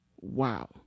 Wow